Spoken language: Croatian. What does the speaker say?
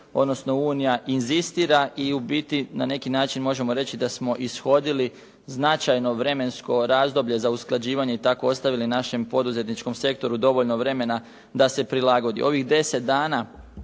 odnosno Unija inzistira i ubiti na neki način možemo reći da smo ishodili značajno vremensko razdoblje za usklađivanje i tako ostavili našem poduzetničkom sektoru dovoljno vremena da se prilagodi.